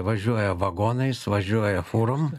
važiuoja vagonais važiuoja fūrom